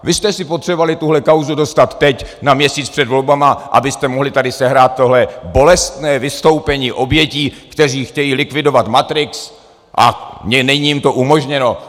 Vy jste si potřebovali tuhle kauzu dostat teď na měsíc před volbami, abyste mohli tady sehrát tohle bolestné vystoupení obětí, které chtějí likvidovat matrix, a není jim to umožněno.